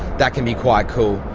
that can be quite cool.